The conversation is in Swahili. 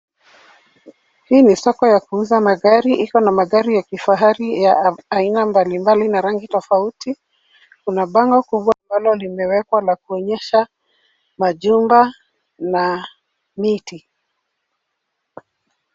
Hii ni soko ya kuuza magari, ikona magari ya kifahari ya aina mbali mbali na rangi tofauti. Kuna bango kubwa ambalo limewekwa la kuonyesha majumba na miti.